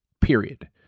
Period